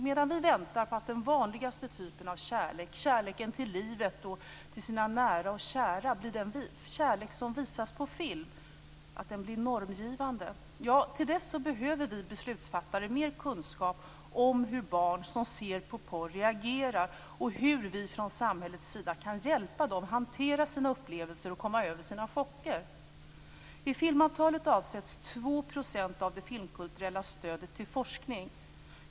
Medan vi väntar på att den vanligaste typen av kärlek, kärleken till livet och till sina nära och kära, blir den normgivande kärlek som visas på film behöver vi beslutsfattare mer kunskap om hur barn som ser på porr reagerar och hur vi från samhällets sida kan hjälpa dem att hantera sina upplevelser och komma över sina chocker. I filmavtalet avsätts 2 % av det filmkulturella stödet till forskning.